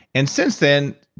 and since then,